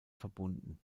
verbunden